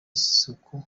isuku